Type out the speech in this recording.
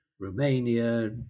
Romania